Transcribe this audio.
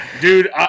dude